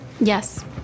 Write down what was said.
Yes